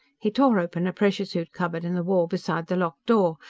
he tore open a pressure-suit cupboard in the wall beside the lock door.